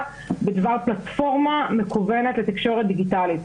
בדבר פלטפורמה מקוונת לתקשורת דיגיטלית.